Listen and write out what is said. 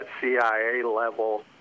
CIA-level